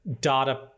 data